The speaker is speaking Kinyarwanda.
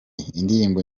indirimbo